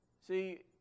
See